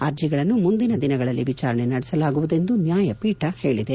ಅರ್ಜಿಗಳನ್ನು ಮುಂದಿನ ದಿನಗಳಲ್ಲಿ ವಿಚಾರಣೆ ನಡೆಸಲಾಗುವುದು ನ್ಲಾಯಪೀಠ ಹೇಳಿದೆ